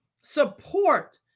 support